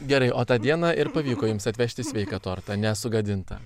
gerai o tą dieną ir pavyko jums atvežti sveiką tortą nesugadintą